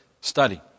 study